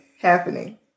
happening